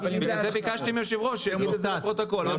בגלל זה ביקשתי מיושב הראש שיגיד את זה לפרוטוקול.